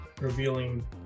revealing